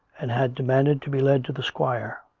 and had demanded to be led to the squire